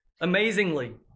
amazingly